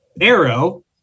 Arrow